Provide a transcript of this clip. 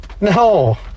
No